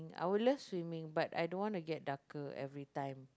I would love swimming but I don't want to get darker everytime